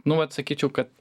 nu vat sakyčiau kad